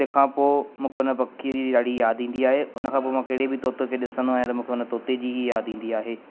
तंहिंखां पोइ मूंखे उन पखीअ जी ॾाढी यादि ईंदी आहे हुन खां पोइ मां कहिड़े बि तोतो खे ॾिसंदो आहियां त मूंखे हुन तोते जी ई यादि ईंदी आहे